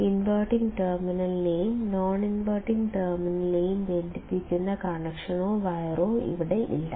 inverting ടെർമിനലിനെയും non inverting ടെർമിനലിനെയും ബന്ധിപ്പിക്കുന്ന കണക്ഷനോ വയറോ ഇവിടെ ഇല്ല